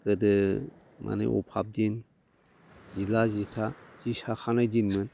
गोदो माने अभाब दिन जिला जिथा जि साखानाय दिनमोन